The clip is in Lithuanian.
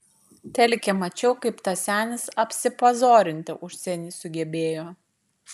telike mačiau kaip tas senis apsipazorinti užsieny sugebėjo